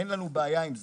אין לנו בעיה עם זה.